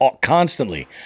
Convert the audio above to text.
constantly